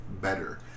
better